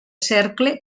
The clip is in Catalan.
cercle